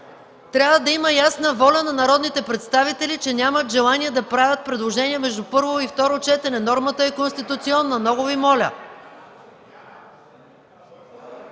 трябва да има ясна воля на народните представители, че нямат желание да правят предложения между първо и второ четене – нормата е конституционна, много Ви моля!